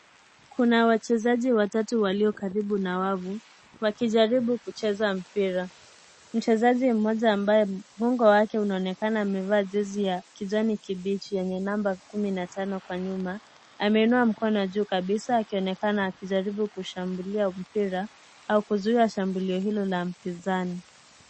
Kuna wachezaji watatu walio karibu na wavu wakijaribu kucheza mpira, mchezaji moja ambaye mgongo wake anaonekana amevaa jezi ya kijani kibichi yenye namba kumi na tano kwa nyuma ameinua mkono juu kabisa ikionekana akijaribu kushambulia au kuzuia shambulio hilo la mpinzani.